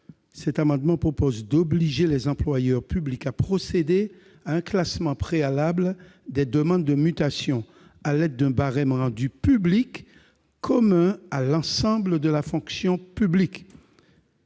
signataire, vise à obliger les employeurs publics à procéder à un classement préalable des demandes de mutation à l'aide d'un barème rendu public et commun à l'ensemble de la fonction publique